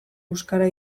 euskara